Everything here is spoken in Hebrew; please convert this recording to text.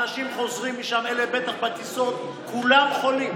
אנשים חוזרים משם, בטח אלה שבטיסות, כולם חולים.